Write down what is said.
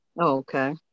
Okay